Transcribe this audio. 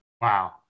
Wow